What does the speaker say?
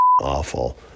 awful